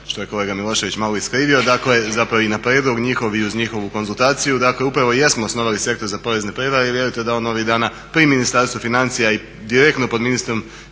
što je kolega Milošević malo iskrivio. Dakle, zapravo i na prijedlog njihov i uz njihovu konzultaciju dakle upravo jesmo osnovali sektor za porezne prijevare i vjerujte da on ovih dana pri Ministarstvu financija i direktno pod ministrom